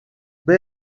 que